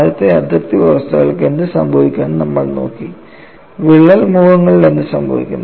ആദ്യത്തെ അതിർത്തി വ്യവസ്ഥകൾക്ക് എന്ത് സംഭവിക്കുമെന്ന് നമ്മൾ നോക്കി വിള്ളൽ മുഖങ്ങളിൽ എന്ത് സംഭവിക്കും